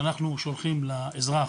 שאנחנו שולחים לאזרח,